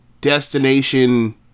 destination